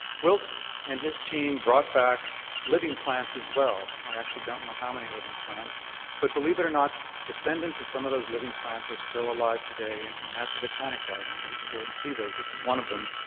wilkes and his team brought back living plants as well. i actually don't know how many living plants but believe it or not, descendants of some of those living plants are still alive today and and at the botanic garden and you can go and see those. this is one of them.